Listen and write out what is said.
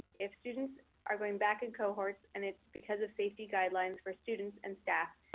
if students are going back in cohorts and it's because of safety guidelines for students and staff,